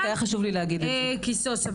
קיסוס,